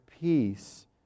peace